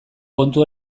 kontu